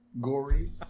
Gory